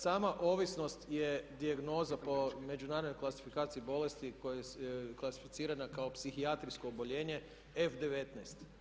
Sama ovisnost je dijagnoza po međunarodnoj klasifikaciji bolesti klasificirana kao psihijatrijsko oboljenje F19.